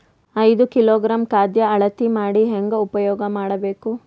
ಐದು ಕಿಲೋಗ್ರಾಂ ಖಾದ್ಯ ಅಳತಿ ಮಾಡಿ ಹೇಂಗ ಉಪಯೋಗ ಮಾಡಬೇಕು?